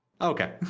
Okay